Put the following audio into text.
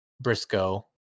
Briscoe